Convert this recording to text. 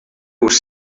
was